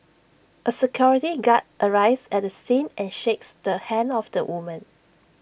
A security guard arrives at the scene and shakes the hand of the woman